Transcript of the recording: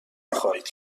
نخواهید